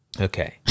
okay